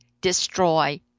destroy